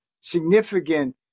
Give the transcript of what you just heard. significant